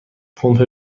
پمپ